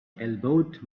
elbowed